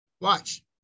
Watch